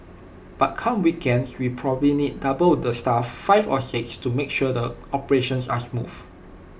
but come weekends we probably need double the staff five or six to make sure the operations are smooth